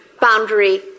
boundary